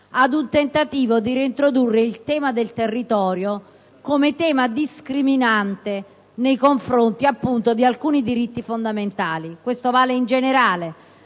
al tentativo di reintrodurre il tema del territorio come discriminante rispetto ad alcuni diritti fondamentali. Questo vale in generale: